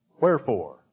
Wherefore